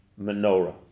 menorah